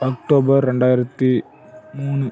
October ரெண்டாயிரத்தி மூணு